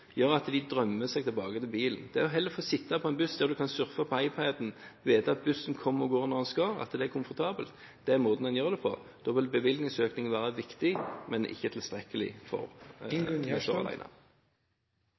gjør at de drømmer seg tilbake til bilen. Det å heller få sitte på en buss der en kan surfe på iPad-en og vite at bussen kommer og går når den skal, at det er komfortabelt, det er måten en gjør det på, da vil bevilgningsøkninger være viktige, men ikke tilstrekkelig